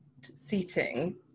seating